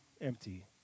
empty